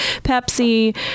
pepsi